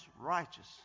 righteous